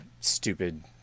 stupid